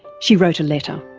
she wrote a letter